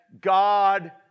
God